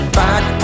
back